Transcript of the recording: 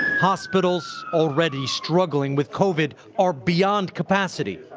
hospitals, already struggling with covid, are beyond capacity.